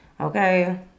okay